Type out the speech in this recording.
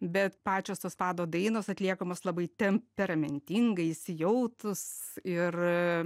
bet pačios tos pado dainos atliekamos labai temperamentingai įsijautus ir